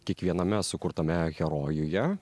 kiekviename sukurtame herojuje